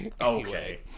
Okay